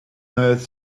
earth